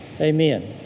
Amen